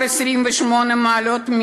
מינוס 28 מעלות,